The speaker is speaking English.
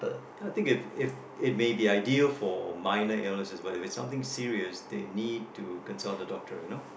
I think it it it may be ideal for minor illnesses but if is something serious they need to consult a doctor you know